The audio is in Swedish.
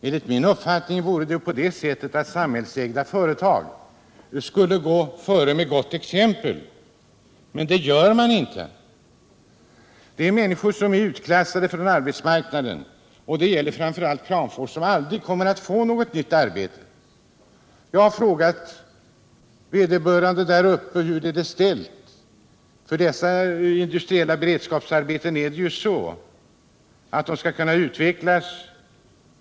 Enligt min uppfattning borde samhällsägda företag gå före med gott exempel, men det gör de inte. Det gäller människor som är utklassade från arbetsmarknaden och som —- framför allt är det fallet i Kramfors — aldrig kommer att få något nytt arbete i öppna marknaden. Meningen är att de som har dessa industriella beredskapsarbeten skall slussas ut i den öppna marknaden.